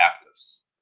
actors